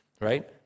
right